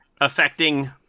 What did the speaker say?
affecting